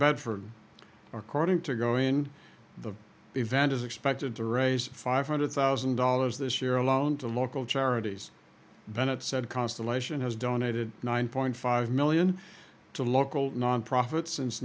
bedford according to go in the event is expected to raise five hundred thousand dollars this year alone to local charities bennett said constellation has donated one point five million to local nonprofits since